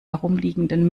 herumliegenden